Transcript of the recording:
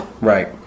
Right